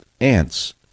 Ants